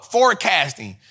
Forecasting